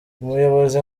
ubuyobozi